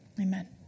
Amen